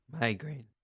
Migraine